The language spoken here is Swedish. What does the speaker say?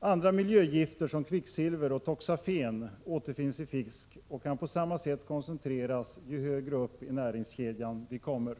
Andra miljögifter som kvicksilver och toxafen återfinns i fisk och kan på samma sätt koncentreras ju högre upp i näringskedjan vi kommer.